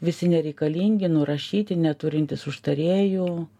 visi nereikalingi nurašyti neturintys užtarėjų